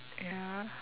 ya